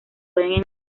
pueden